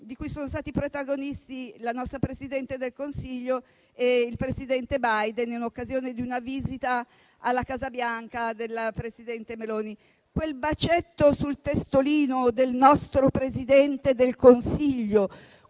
di cui sono stati protagonisti la nostra Presidente del Consiglio e il presidente Biden, in occasione di una visita alla Casa Bianca della presidente Meloni. Mi riferisco a quel bacetto sul testolino del nostro Presidente del Consiglio,